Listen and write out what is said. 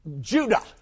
Judah